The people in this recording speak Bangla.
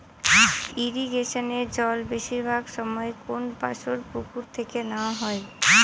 ইরিগেশনের জল বেশিরভাগ সময় কোনপাশর পুকুর থেকে নেওয়া হয়